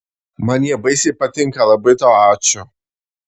man jie baisiai patinka labai tau ačiū